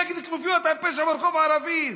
נגד כנופיות הפשע ברחוב הערבי.